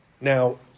Now